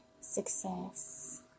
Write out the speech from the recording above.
success